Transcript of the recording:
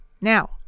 Now